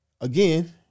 Again